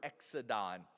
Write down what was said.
exodon